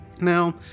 Now